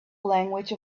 language